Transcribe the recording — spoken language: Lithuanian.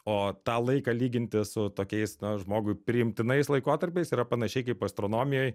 o tą laiką lyginti su tokiais žmogui priimtinais laikotarpiais yra panašiai kaip astronomijoj